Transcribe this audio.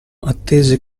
attese